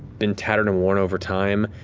been tattered and worn, over time,